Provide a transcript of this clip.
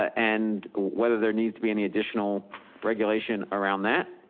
and whether there needs to be any additional regulation around that